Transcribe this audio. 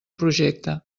projecte